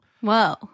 Whoa